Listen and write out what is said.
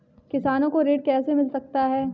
किसानों को ऋण कैसे मिल सकता है?